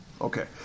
okay